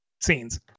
scenes